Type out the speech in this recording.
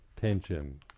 tension